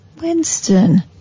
winston